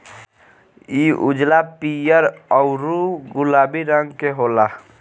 इ उजला, पीयर औरु गुलाबी रंग के होला